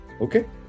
okay